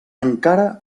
encara